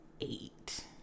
eight